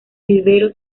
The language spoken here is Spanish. vivero